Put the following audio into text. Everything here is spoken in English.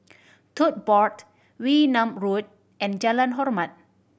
Tote Board Wee Nam Road and Jalan Hormat